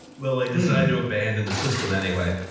well, they decide to abandon the system anyway.